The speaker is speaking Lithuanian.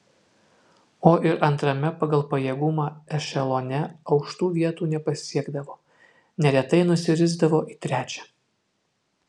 o ir antrame pagal pajėgumą ešelone aukštų vietų nepasiekdavo neretai nusirisdavo į trečią